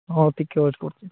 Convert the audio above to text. ହଉ ଟିକେ ୱେଟ୍ କରୁଛି